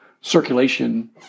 circulation